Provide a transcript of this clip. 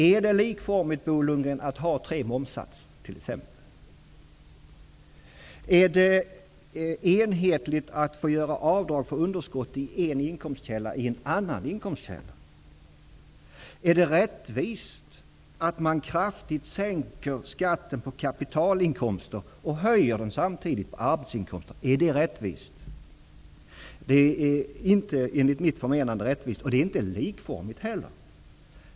Är det likformigt att ha tre momssatser, Bo Lundgren? Är det enhetligt att få göra avdrag för underskott i en inkomstkälla i en annan inkomstkälla? Är det rättvist att kraftigt sänka skatten på kapitalinkomster och samtidigt höja den på arbetsinkomster? Är det rättvist? Enligt mitt förmenande är det inte rättvist. Det är inte heller likformigt.